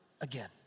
again